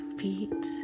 feet